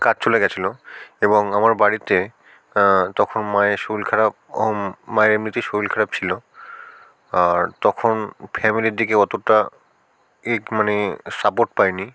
কাজ চলে গিয়েছিল এবং আমার বাড়িতে তখন মায়ের শরীর খারাপ মায়ের এমনিতেই শরীর খারাপ ছিল আর তখন ফ্যামিলির দিকে অতটা এই মানে সাপোর্ট পাইনি